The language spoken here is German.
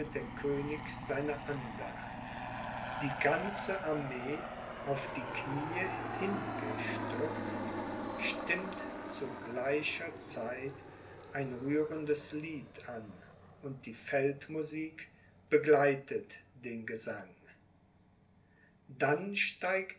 der könig seine andacht die ganze armee auf die kniee hingestürzt stimmt zu gleicher zeit ein rührendes lied an und die feldmusik begleitet den gesang dann steigt